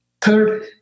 Third